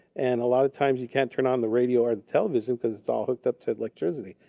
and a lot of times, you can't turn on the radio or television, because it's all hooked up to electricity.